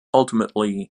ultimately